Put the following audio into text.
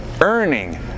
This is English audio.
Earning